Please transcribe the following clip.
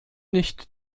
nicht